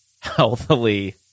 healthily